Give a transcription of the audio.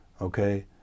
okay